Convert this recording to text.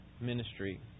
ministry